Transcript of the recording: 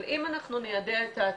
אבל אם אנחנו ניידע את הציבור,